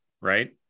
right